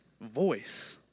voice